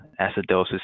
Acidosis